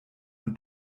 und